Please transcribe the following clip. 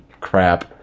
crap